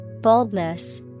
Boldness